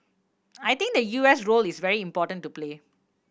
I think the U S role is very important to play